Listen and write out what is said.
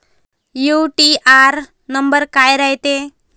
UTR number काय रायते?